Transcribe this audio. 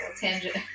tangent